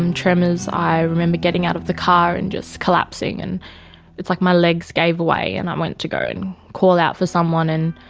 um tremors. i remember getting out of the car and just collapsing. it's like my legs gave way and i went to go and call out for someone and